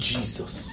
Jesus